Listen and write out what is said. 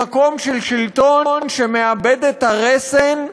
במקום של שלטון שמאבד את הרסן,